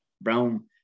brown